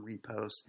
repost